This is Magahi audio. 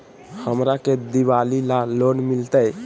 हमरा के दिवाली ला लोन मिलते?